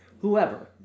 whoever